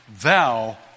Thou